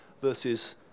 versus